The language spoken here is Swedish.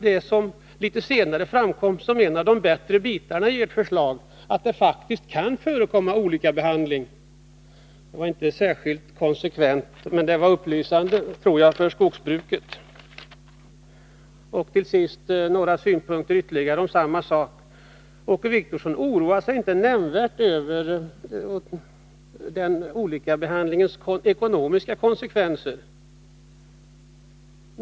Det som litet senare framkom som en av de bättre bitarna i ert förslag är ju att det faktiskt kan förekomma olikabehandling. Detta var inte särskilt konsekvent, men jag tror att det var upplysande för skogsbruket. Till sist vill jag framföra följande synpunkter. Åke Wictorsson oroar sig inte nämnvärt över olikabehandlingens ekonomiska konsekvenser.